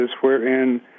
wherein